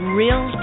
real